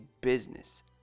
business